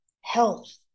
health